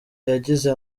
yagize